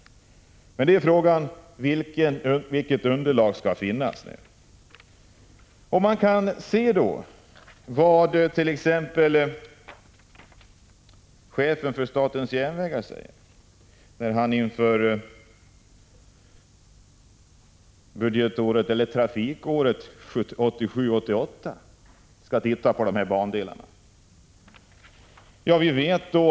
Men frågan är vilket underlag som skall finnas. Man kan t.ex. se vad chefen för statens järnvägar säger när han inför trafikåret 1987 86:142 på de här bandelarna.